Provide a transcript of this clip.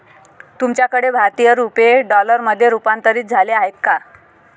तुमच्याकडे भारतीय रुपये डॉलरमध्ये रूपांतरित झाले आहेत का?